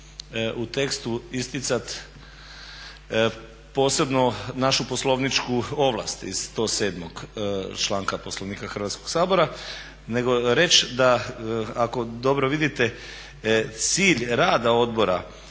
u tekstu isticati posebno našu poslovničku ovlast iz tog 7. članka Poslovnika Hrvatskog sabora nego reći da ako dobro vidite cilj rada odbora